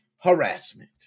harassment